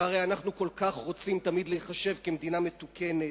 והרי אנחנו כל כך רוצים תמיד להיחשב מדינה מתקדמת.